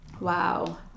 Wow